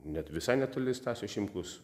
net visai netoli stasio šimkaus